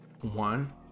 One